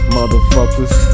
Motherfuckers